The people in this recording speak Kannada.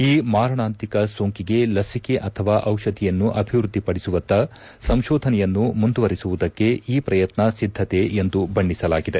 ಈ ಮಾರಣಾಂತಿಕ ಸೋಂಕಿಗೆ ಲಸಿಕೆ ಅಥವಾ ದಿಷಧಿಯನ್ನು ಅಭಿವೃದ್ಧಿಪಡಿಸುವತ್ತ ಸಂಶೋಧನೆಯನ್ನು ಮುಂದುವರೆಸುವುದಕ್ಕೆ ಈ ಪ್ರಯತ್ನ ಸಿದ್ದತೆ ಎಂದು ಬಣ್ಣಿಸಲಾಗಿದೆ